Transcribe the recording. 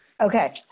Okay